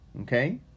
Okay